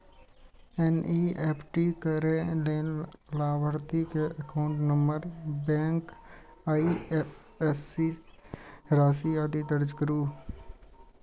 NEFT करै लेल लाभार्थी के एकाउंट नंबर, बैंक, आईएपएससी, राशि, आदि दर्ज करू